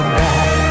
back